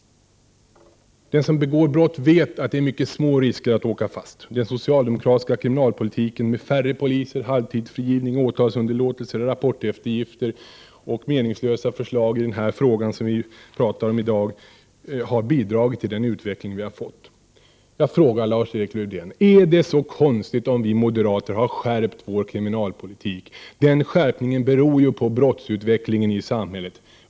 Den som begår brott vet att riskerna för att åka fast är mycket små. Den socialdemokratiska kriminalpolitiken med färre poliser, halvtidsfrigivning, åtalsunderlåtelse och rapporteftergifter har skapat en god jordmån för den dystra utveckling som vi har fått. Jag vill fråga Lars-Erik Lövdén: Är det så konstigt om vi moderater har skärpt vår kriminalpolitik? Skärpningen beror ju på brottsutvecklingen i samhället.